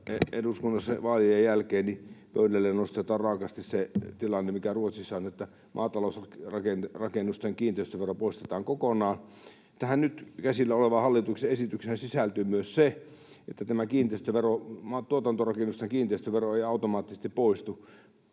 eduskunnassa vaalien jälkeen se nostetaan pöydälle raakasti — siihen tilanteeseen, mikä Ruotsissa on, että maatalousrakennusten kiinteistövero poistetaan kokonaan. Tähän nyt käsillä olevaan hallituksen esitykseen sisältyy myös se, että tämä tuotantorakennusten kiinteistövero ei automaattisesti poistu